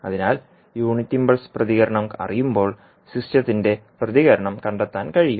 അതിനാൽ unit impulse പ്രതികരണം അറിയുമ്പോൾ സിസ്റ്റത്തിന്റെ പ്രതികരണം കണ്ടെത്താൻ കഴിയും